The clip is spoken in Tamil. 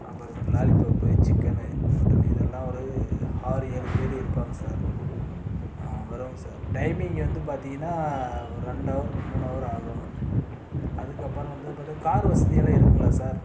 அப்புறமேட்டு லாலிபப்பு சிக்கனு மட்டனு இதெல்லாம் ஒரு ஆறு ஏழுப் பேர் இருப்பாங்க சார் ஆ வர்றோங்க சார் டைமிங்கு வந்து பார்த்திங்கன்னா ஒரு ரெண்டு ஹவர் மூணு ஹவர் ஆகும் அதுக்கப்புறம் வந்து பார்த்தா கார் வசதியெல்லாம் இருக்குதுங்களா சார்